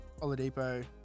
Oladipo